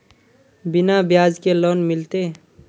बिना ब्याज के लोन मिलते?